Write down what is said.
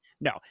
no